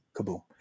Kaboom